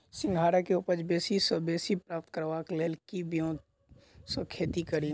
सिंघाड़ा केँ उपज बेसी सऽ बेसी प्राप्त करबाक लेल केँ ब्योंत सऽ खेती कड़ी?